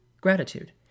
gratitude